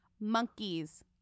monkeys